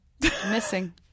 Missing